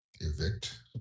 evict